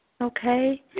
Okay